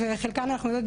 ולחלקן אנחנו יודעות,